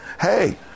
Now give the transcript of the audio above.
Hey